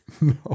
No